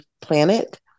planet